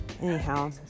anyhow